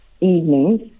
evenings